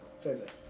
Physics